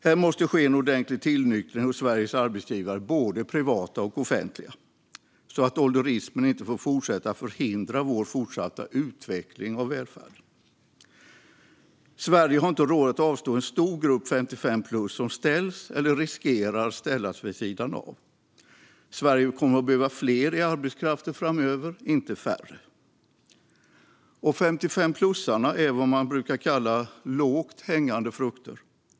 Här måste ske en ordentlig tillnyktring hos Sveriges arbetsgivare, både privata och offentliga, så att ålderismen inte får fortsätta att förhindra vår fortsatta utveckling av välfärden. Sverige har inte råd att avstå en stor grupp 55-plus som ställs eller riskerar att ställas vid sidan av. Sverige kommer att behöva fler i arbetskraften framöver, inte färre, och 55-plussarna är vad man brukar kalla lågt hängande frukter.